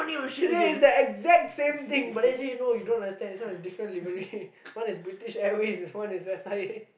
she say it's the exact same thing but then he say no you don't understand this one is different livery one is British Airways one is S_I_A